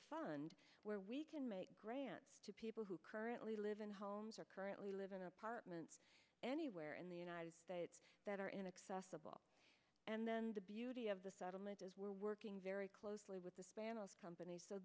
fund where we can make grants to people who currently live in homes or currently live in apartments anywhere in the united states that are inaccessible and then the beauty of the settlement is we're working very closely with the spanish companies so